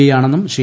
E ആണെന്നും ശ്രീ